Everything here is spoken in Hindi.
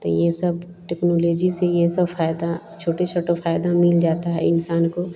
तो ये सब टेक्नोलेजी से यह सब फ़ायदा छोटा छोटा फ़ायदा मिल जाता है इंसान को